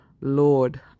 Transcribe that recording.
Lord